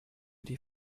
die